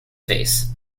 face